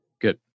Good